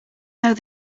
though